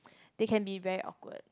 they can be very awkward